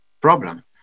problem